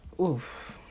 oof